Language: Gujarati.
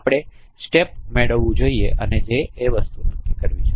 આપણે સ્ટેપ મેળવવું જોઈએ અને તે એ વસ્તુ નક્કી કરે છે